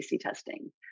testing